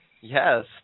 Yes